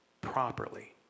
properly